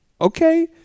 Okay